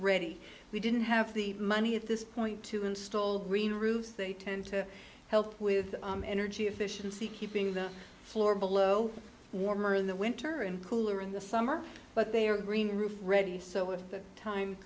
ready we didn't have the money at this point to install green roofs they tend to help with energy efficiency keeping the floor below warmer in the winter and cooler in the summer but they are green roof ready so if the time